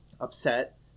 upset